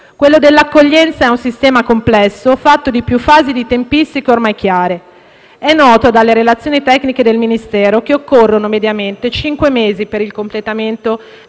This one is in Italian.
Quello dell'accoglienza è un sistema complesso, fatto di più fasi e di tempistiche ormai chiare. È noto dalle relazioni tecniche del Ministero che occorrono mediamente cinque mesi per il completamento